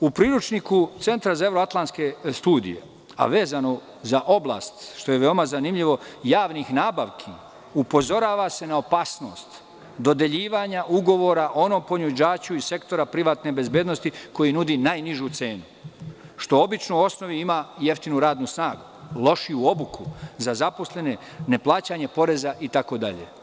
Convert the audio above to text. U priručniku Centra za evroatlanske studije, a vezano za oblast, što je veoma zanimljivo, javnih nabavki, upozorava se na opasnost dodeljivanja ugovora onom ponuđaču iz sektora privatne bezbednosti koji nudi najnižu cenu, što obično u osnovi ima jeftinu radnu snagu, lošiju obuku za zaposlene, neplaćanje poreza itd.